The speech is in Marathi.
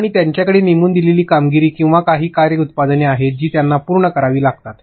आणि त्यांच्याकडे नेमून दिलेली कामगिरी किंवा काही कार्य उत्पादने आहेत जी त्यांना पूर्ण करावी लागतात